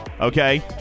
okay